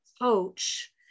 coach